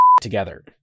together